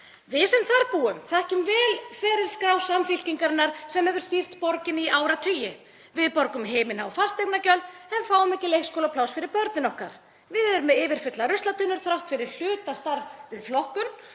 Við sem þar búum þekkjum vel ferilskrá Samfylkingarinnar sem hefur stýrt borginni í áratugi. Við borgum himinhá fasteignagjöld en fáum ekki leikskólapláss fyrir börnin okkar. Við erum með yfirfullar ruslatunnur þrátt fyrir hlutastarf við flokkun